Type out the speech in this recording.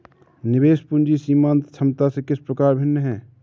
निवेश पूंजी सीमांत क्षमता से किस प्रकार भिन्न है?